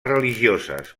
religioses